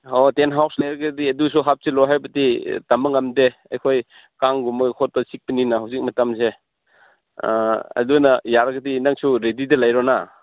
ꯍꯣ tent house ꯂꯩꯔꯒꯗꯤ ꯑꯗꯨꯁꯨ ꯍꯥꯞꯆꯤꯜꯂꯣ ꯍꯥꯏꯕꯗꯤ ꯇꯝꯕ ꯉꯝꯗꯦ ꯑꯩꯈꯣꯏ ꯀꯥꯡꯒꯨꯝꯕ ꯈꯣꯠꯄ ꯆꯤꯛꯄꯅꯤꯅ ꯍꯧꯖꯤꯛ ꯃꯇꯝꯁꯦ ꯑꯗꯨꯅ ꯌꯥꯔꯒꯗꯤ ꯅꯪꯁꯨ ꯔꯦꯗꯤꯗ ꯂꯩꯔꯣꯅ